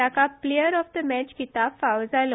ताका player of the match किताब फावो जालो